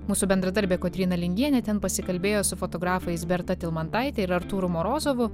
mūsų bendradarbė kotryna lingienė ten pasikalbėjo su fotografais berta tilmantaite ir artūru morozovu